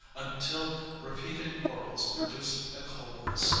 until repeated quarrels produce a coldness,